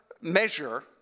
measure